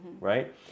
right